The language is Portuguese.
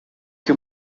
que